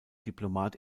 diplomat